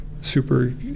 super